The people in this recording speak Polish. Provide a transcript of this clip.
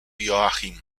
joachim